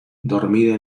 dormida